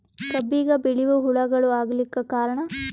ಕಬ್ಬಿಗ ಬಿಳಿವು ಹುಳಾಗಳು ಆಗಲಕ್ಕ ಕಾರಣ?